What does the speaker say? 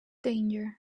danger